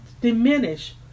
diminish